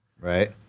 Right